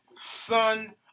Son